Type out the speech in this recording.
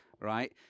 right